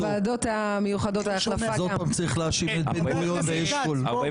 פעם צריך להשיב את בן גוריון ואשכול.